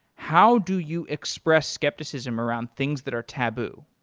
how do you express skepticism around things that are taboo?